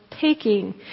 taking